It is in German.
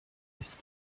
ist